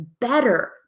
better